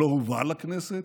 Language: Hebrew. שלא הובא לכנסת,